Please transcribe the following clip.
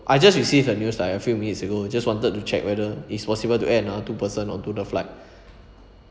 I just received the news like a few minutes ago just wanted to check whether it's possible to add another two person onto the flight